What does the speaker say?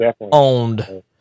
owned